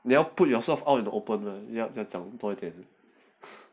they'll put yourself out of the opener then 他讲多一点